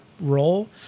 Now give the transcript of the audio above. role